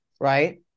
right